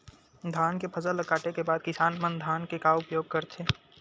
धान के फसल ला काटे के बाद किसान मन धान के का उपयोग करथे?